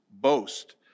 boast